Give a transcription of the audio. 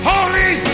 Holy